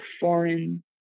foreign